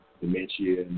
dementia